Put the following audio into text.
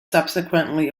subsequently